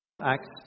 Acts